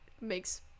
makes